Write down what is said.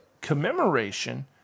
commemoration